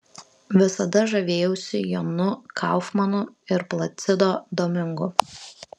visada žavėjausi jonu kaufmanu ir placido domingu